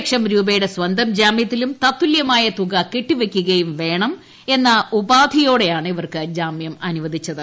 ലക്ഷം രൂപയുടെ സ്വന്തം ജാമൃത്തിലും തത്തുല്യമായ തുക ഒരു കെട്ടിവയ്ക്കുകയും വേണം എന്ന ഉപാധികളോടെയാണ് ഇവർക്ക് ജാമ്യം അനുവദിച്ചത്